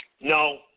No